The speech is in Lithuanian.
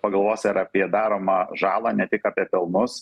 pagalvos ar apie daromą žalą ne tik apie pelnus